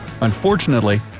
Unfortunately